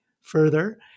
further